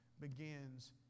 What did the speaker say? begins